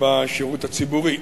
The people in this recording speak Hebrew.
בשירות הציבורי.